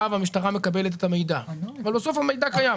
והמשטרה מקבלת את המידע אבל בסוף המידע קיים,